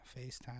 FaceTime